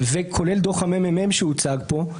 כולל דוח הממ"מ שהוצג פה,